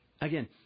Again